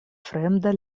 fremda